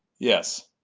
yes.